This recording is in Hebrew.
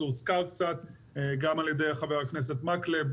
זה הוזכר קצת גם על ידי חבר הכנסת מקלב,